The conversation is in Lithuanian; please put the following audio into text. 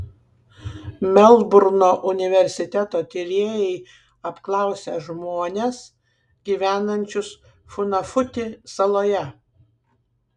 melburno universiteto tyrėjai apklausė žmones gyvenančius funafuti saloje